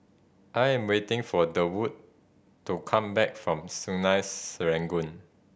I am waiting for Durwood to come back from Sungei Serangoon